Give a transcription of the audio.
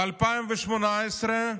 ב-2018,